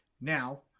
Now